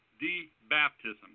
de-baptism